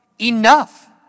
enough